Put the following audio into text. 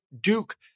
Duke